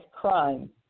crime